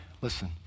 Listen